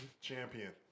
Champion